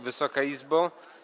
Wysoka Izbo!